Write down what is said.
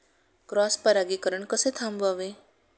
Cross परागीकरण कसे थांबवावे?